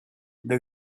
the